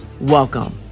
Welcome